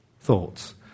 thoughts